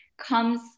comes